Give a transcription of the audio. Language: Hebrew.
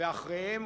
ואחריהן,